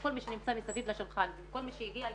כל מי שנמצא מסביב לשולחן וכל מי שהגיע לפה,